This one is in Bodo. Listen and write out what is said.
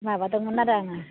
माबादोंमोन आरो आङो